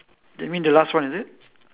that mean the last one is it